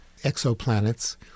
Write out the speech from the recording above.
exoplanets